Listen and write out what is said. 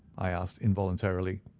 i asked involuntarily.